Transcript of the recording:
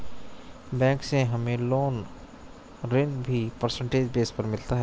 bank से हमे loan ऋण भी परसेंटेज बेस पर मिलता है